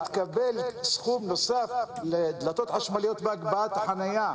התקבל סכום נוסף לדלתות חשמליות ולהגבהת החנייה.